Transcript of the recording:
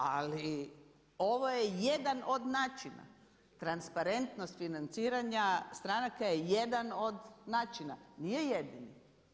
Ali ovo je jedan od načina, transparentnost financiranja stranaka je jedan od načina, nije jedini.